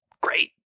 Great